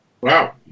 Wow